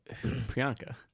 Priyanka